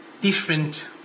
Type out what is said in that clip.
different